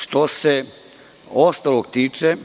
Što se ostalog tiče,